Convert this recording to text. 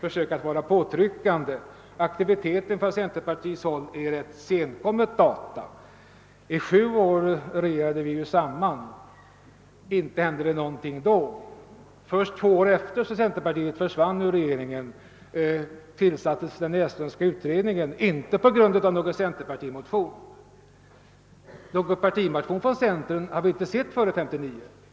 Centerparti ets aktivitet är av ett betydligt senare datum. Under sju år regerade vi ju samman; inte hände det någonting då. Först två år efter det att centerpartiet hade försvunnit ur regeringen tillsattes den Näslundska utredningen men inte på grund av någon centerpartistisk motion. Någon partimotion från centerpartiet i denna fråga har vi inte sett före 1959.